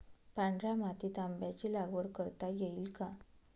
पांढऱ्या मातीत आंब्याची लागवड करता येईल का?